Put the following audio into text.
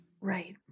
right